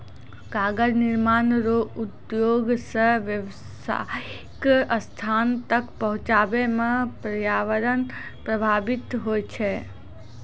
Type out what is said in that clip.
कागज निर्माण रो उद्योग से व्यावसायीक स्थान तक पहुचाबै मे प्रर्यावरण प्रभाबित होय छै